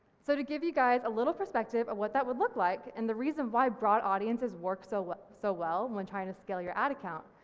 so to give you guys a little perspective of what that would look like and the reason why broad audiences work so so well when trying to scale your ad account,